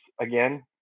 again